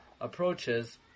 approaches